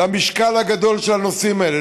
למשקל הגדול של הנושאים האלה.